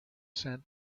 sent